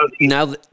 now